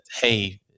hey